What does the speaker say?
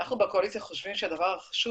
אנחנו בקואליציה חושבים שהדבר החשוב